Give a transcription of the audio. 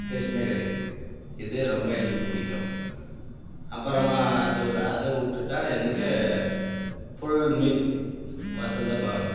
கிருஷ்ணகிரி இது ரொம்ப எனக்கு பிடிக்கும் அப்புறமா அது அதை விட்டுட்டா எனக்கு ஃபுல் மீல்ஸ் வசந்தபவன்